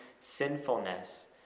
sinfulness